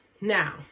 Now